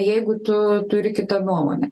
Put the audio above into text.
jeigu tu turi kitą nuomonę